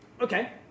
Okay